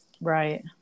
Right